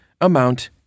amount